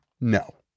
No